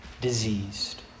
diseased